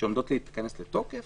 שעומדות להיכנס לתוקף